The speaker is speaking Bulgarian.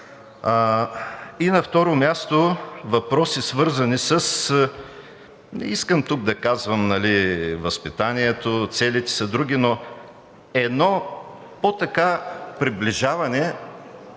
И на второ място, въпроси, свързани със – не искам тук да казвам възпитанието, целите са други, но едно по-така приближаване